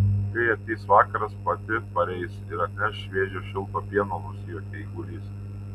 kai ateis vakaras pati pareis ir atneš šviežio šilto pieno nusijuokė eigulys